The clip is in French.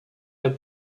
est